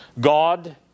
God